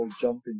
jumping